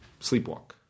sleepwalk